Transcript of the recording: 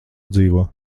dzīvo